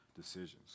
decisions